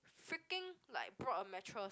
freaking like brought a mattress